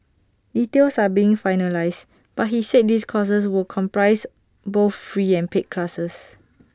details are being finalised but he said these courses would comprise both free and paid classes